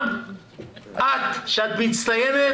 גם את יוליה שאת מצטיינת,